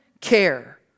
care